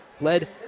led